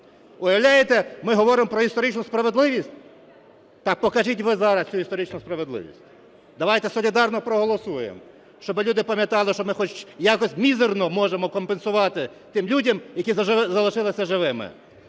Уявляєте, ми говоримо про історичну справедливість? Так покажіть ви зараз цю історичну справедливість. Давайте солідарно проголосуємо, щоб люди пам'ятали, що ми хоч якось мізерно можемо компенсувати тим людям, які залишились живими,